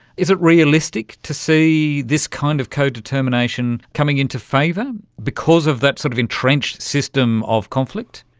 is it realistic to see this kind of codetermination coming into favour because of that sort of entrenched system of conflict?